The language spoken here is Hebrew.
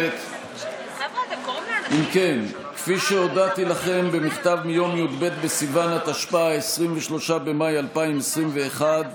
יום רביעי, כ"ב בסיוון התשפ"א (2 ביוני 2021)